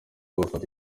bafata